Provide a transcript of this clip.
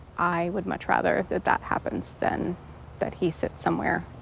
i would much rather that that happens then that he said somewhere.